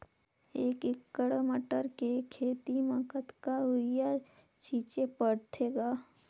एक एकड़ मटर के खेती म कतका युरिया छीचे पढ़थे ग?